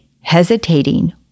hesitating